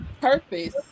purpose